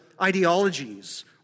ideologies